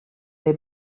they